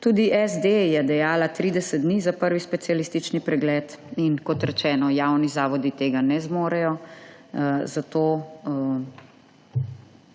Tudi SD je dejala 30 dni za prvi specialistični pregled in kot rečeno javni zavodi tega ne zmorejo, zato